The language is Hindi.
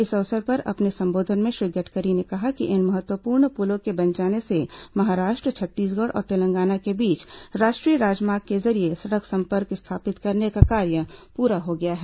इस अवसर पर अपने संबोधन में श्री गडकरी ने कहा कि इन महत्वपूर्ण पुलों के बन जाने से महाराष्ट्र छत्तीसगढ़ और तेलंगाना के बीच राष्ट्रीय राजमार्ग के जरिये सड़क संपर्क स्थापित करने का कार्य पूरा हो गया है